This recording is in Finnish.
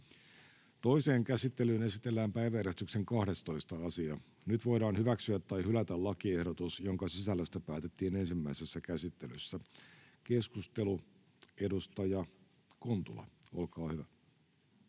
Toiseen käsittelyyn esitellään päiväjärjestyksen 17. asia. Nyt voidaan hyväksyä tai hylätä lakiehdotukset, joiden sisällöstä päätettiin ensimmäisessä käsittelyssä. — Keskustelua, edustaja Autto.